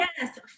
Yes